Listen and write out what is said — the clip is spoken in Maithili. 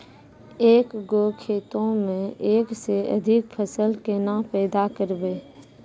एक गो खेतो मे एक से अधिक फसल केना पैदा करबै?